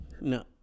No